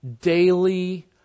daily